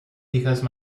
because